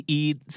eat